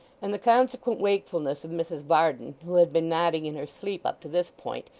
and the consequent wakefulness of mrs varden, who had been nodding in her sleep up to this point,